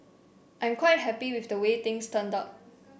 I'm quite happy with the way things turned out